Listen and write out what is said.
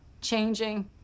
changing